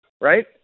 right